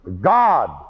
God